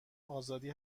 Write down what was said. آزاد